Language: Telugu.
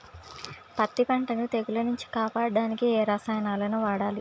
పత్తి పంటని తెగుల నుంచి కాపాడడానికి ఏ రసాయనాలను వాడాలి?